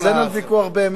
אז על זה אין ויכוח באמת.